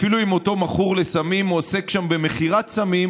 אפילו אם אותו מכור לסמים עוסק שם במכירת סמים,